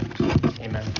Amen